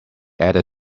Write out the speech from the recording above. added